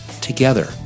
Together